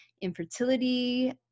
infertility